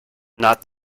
not